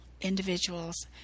individuals